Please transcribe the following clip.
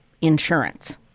insurance